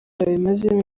babimazemo